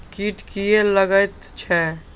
कीट किये लगैत छै?